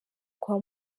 kwa